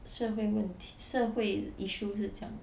社会问 t~ 社会 issue 是这样